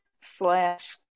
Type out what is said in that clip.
slash